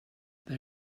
they